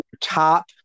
top